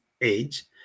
age